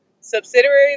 subsidiaries